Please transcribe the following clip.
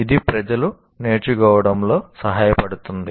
ఇది ప్రజలు నేర్చుకోవడంలో సహాయపడుతుంది